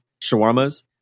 shawarmas